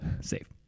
safe